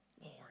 Lord